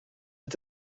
est